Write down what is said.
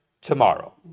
tomorrow